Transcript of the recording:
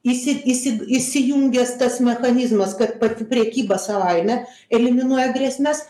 įsi įsi įsijungęs tas mechanizmas kad pati prekyba savaime eliminuoja grėsmes